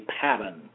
pattern